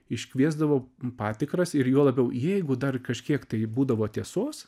iškviesdavo patikras ir juo labiau jeigu dar kažkiek tai būdavo tiesos